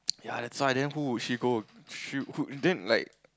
ya that's why then who would she go she who then like